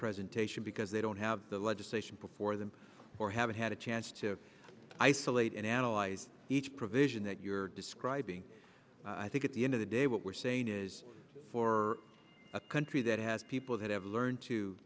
presentation because they don't have the legislation before them or haven't had a chance to isolate and analyze each provision that you're describing i think at the end of the day what we're saying is for a country that has people that have learned to